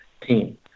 team